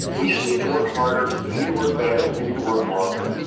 we just need to work harder. we need to work better. and we need to work longer.